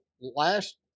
last